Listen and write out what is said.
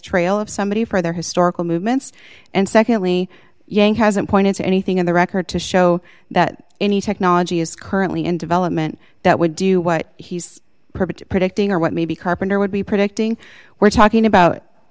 trail of somebody for their historical movements and secondly yang hasn't points or anything in the record to show that any technology is currently in development that would do what he's predicted predicting or what maybe carpenter would be predicting we're talking about